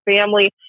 family